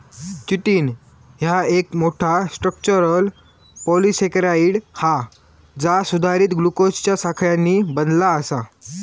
chitin ह्या एक मोठा, स्ट्रक्चरल पॉलिसेकेराइड हा जा सुधारित ग्लुकोजच्या साखळ्यांनी बनला आसा